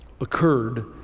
occurred